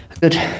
Good